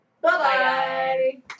Bye-bye